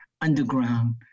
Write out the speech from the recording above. underground